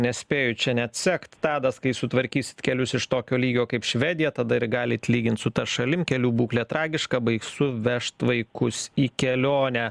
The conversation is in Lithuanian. nespėju čia net sekt tadas kai sutvarkysit kelius iš tokio lygio kaip švedija tada ir galit lygint su ta šalimi kelių būklė tragiška baisu vežti vaikus į kelionę